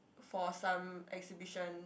for some exhibition